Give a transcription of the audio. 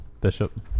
bishop